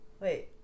Wait